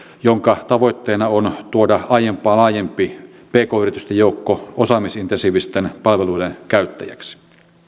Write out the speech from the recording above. jonka tavoitteena on tuoda aiempaa laajempi pk yritysten joukko osaamisintensiivisten palveluiden käyttäjiksi